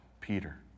Peter